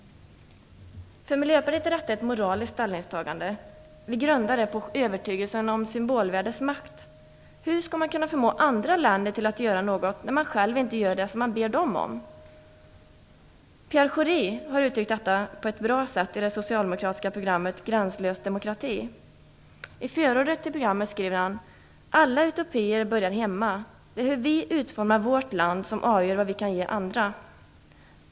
För Miljöpartiet är detta ett moraliskt ställningstagande. Vi grundar det på övertygelsen om symbolvärdets makt. Hur skall man kunna förmå andra länder att göra något, när man själv inte gör det som man ber dem om? Pierre Schori har uttryckt detta på ett bra sätt i det socialdemokratiska programmet Gränslös demokrati. I förordet till programmet skriver han: alla utopier börjar hemma. Det är hur vi utformar vårt land som avgör vad vi kan ge andra.